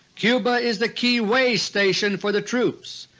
cuba is the key way station for the troops,